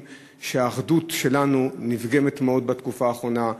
שהאחדות שלנו נפגמת מאוד בתקופה האחרונה.